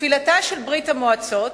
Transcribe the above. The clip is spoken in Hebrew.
נפילתה של ברית-המועצות